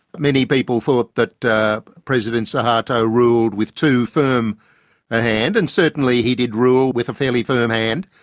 many people thought that that president suharto ruled with too firm a hand, and certainly he did rule with a fairly firm hand.